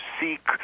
seek